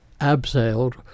abseiled